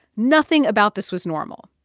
nothing about this was normal,